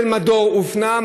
של מדור אופנה,